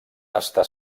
està